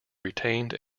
retained